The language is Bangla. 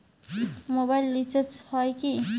মোবাইল রিচার্জ হয় কি?